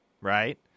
Right